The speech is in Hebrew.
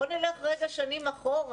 בוא נלך שנים אחורה,